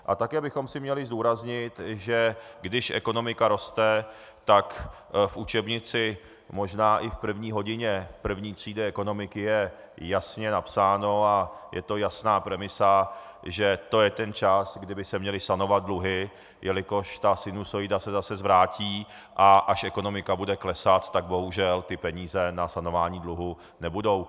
A také bychom si měli zdůraznit, že když ekonomika roste, tak v učebnici, možná i v první hodině v první třídě ekonomiky je jasně napsáno a je to jasná premisa, že to je ten čas, kdy by se měly sanovat dluhy, jelikož ta sinusoida se zase zvrátí, a až ekonomika bude klesat, tak bohužel ty peníze na sanování dluhů nebudou.